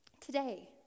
today